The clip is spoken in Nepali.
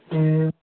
ए